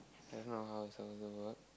that's not how it's suppose to work